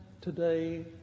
today